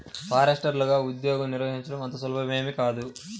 ఫారెస్టర్లగా ఉద్యోగం నిర్వహించడం అంత సులభమేమీ కాదు